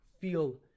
feel